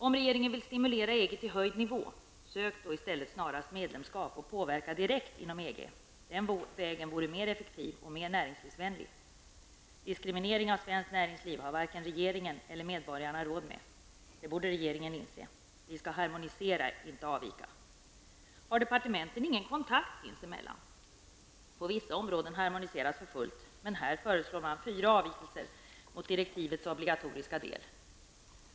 Om regeringen vill stimulera EG till en höjning av nivån, varför då inte snarast söka medlemskap i EG och påverka direkt? Den vägen vore mer effektiv och mer näringslivsvänlig. Diskriminering av svenskt näringsliv har varken regeringen eller medborgarna råd med. Det borde regeringen inse! Vi skall harmonisera, inte avvika. Har departementen ingen kontakt sinsemellan? På vissa områden harmoniseras för fullt, men på detta område föreslår man fyra avvikelser mot direktivets obligatoriska del.